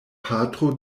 patro